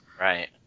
Right